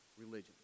religion